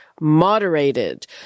moderated